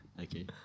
okay